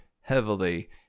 heavily